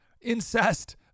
incest